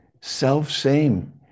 self-same